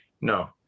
No